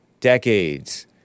decades